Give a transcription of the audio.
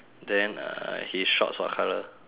then uh his shorts what colour